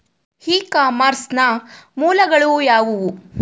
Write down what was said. E commerce ನ ಮೂಲಗಳು ಯಾವುವು?